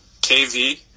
KV